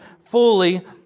fully